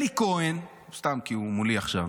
אלי כהן, סתם כי הוא מולי עכשיו,